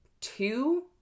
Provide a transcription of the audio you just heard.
two